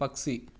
పక్షి